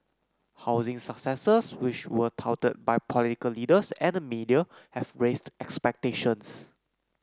housing successes which were touted by political leaders and the media have raised expectations